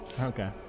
Okay